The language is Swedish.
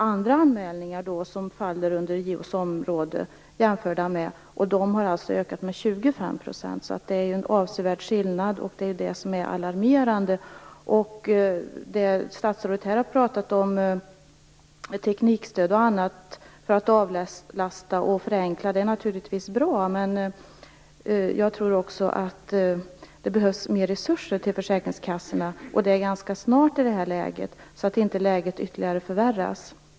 Andra anmälningar som faller under JO:s område har ökat med 25 %. Det är alltså en avsevärd skillnad. Det är det som är alarmerande. Statsrådet har pratat om teknikstöd och annat för att avlasta och förenkla. Det är naturligtvis bra. Men jag tror att det också behövs mer resurser till försäkringskassorna, och det ganska snart, så att inte läget ytterligare förvärras.